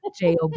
job